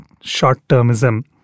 short-termism